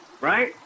Right